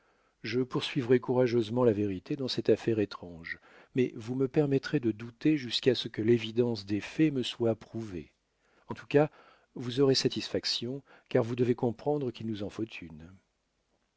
je poursuivrai courageusement la vérité dans cette affaire étrange mais vous me permettrez de douter jusqu'à ce que l'évidence des faits me soit prouvée en tout cas vous aurez satisfaction car vous devez comprendre qu'il nous en faut une